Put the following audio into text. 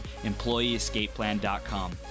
EmployeeEscapePlan.com